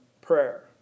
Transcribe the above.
prayer